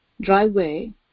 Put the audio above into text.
driveway